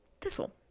Thistle